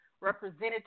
Representative